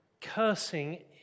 cursing